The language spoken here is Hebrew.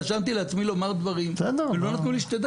רשמתי לעצמי לומר דברים ולא נתנו לי שתי דקות.